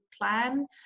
plan